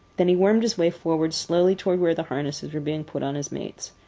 then he wormed his way forward slowly toward where the harnesses were being put on his mates.